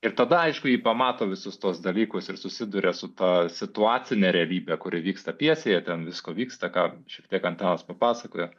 ir tada aišku ji pamato visus tuos dalykus ir susiduria su ta situacine realybe kuri vyksta pjesėje ten visko vyksta ką šiek tiek antanas papasakojo